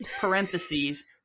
parentheses